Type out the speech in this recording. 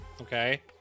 Okay